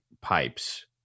pipes